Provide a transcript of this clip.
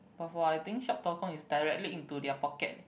but for I think shop dot com is directly into their pocket